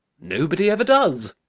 nobody ever does.